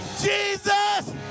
Jesus